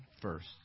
first